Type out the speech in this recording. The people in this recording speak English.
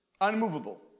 unmovable